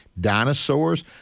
dinosaurs